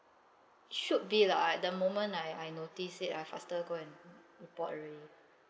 should be lah at the moment I I notice it I faster go and report already